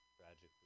tragically